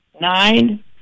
nine